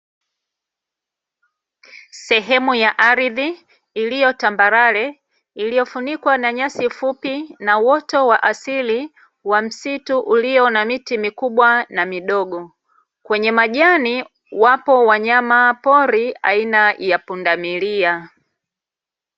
Sehemu ya ardhi iliyo tambarare, iliyofunikwa na nyasi fupi na uoto wa asilia wa msitu ulio na miti mikubwa na midogo, kwenye majani wapo wanyama pori aina ya pundamilia .